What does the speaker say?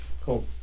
Cool